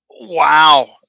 Wow